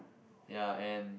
ya and